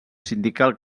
sindical